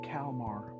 Kalmar